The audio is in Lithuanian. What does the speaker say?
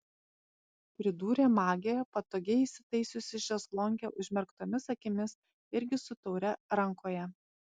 pridūrė magė patogiai įsitaisiusi šezlonge užmerktomis akimis irgi su taure rankoje